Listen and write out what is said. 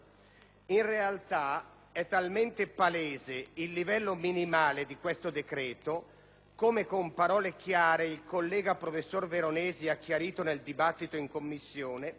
In realtà è talmente palese il livello minimale di questo decreto - com'è stato detto con parole chiare dal collega professor Veronesi nel dibattito in Commissione